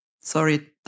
Sorry